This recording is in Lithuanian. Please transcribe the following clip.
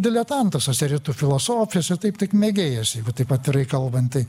diletantas tose rytų filosofijose taip tik mėgėjas jeigu taip atvirai kalbant tai